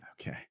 Okay